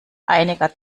einiger